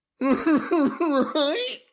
Right